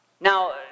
Now